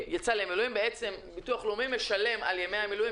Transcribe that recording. הביטוח הלאומי משלם על ימי המילואים